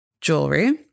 Jewelry